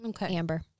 Amber